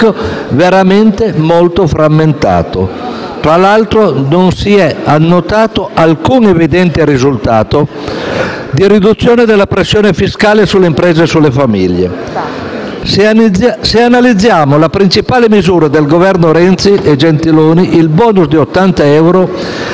pubbliche veramente molto frammentato. Tra l'altro, non si è annotato alcun evidente risultato di riduzione della pressione fiscale sulle imprese e sulle famiglie. Se analizziamo la principale misura dei Governi Renzi e Gentiloni Silveri, il *bonus* di 80 euro,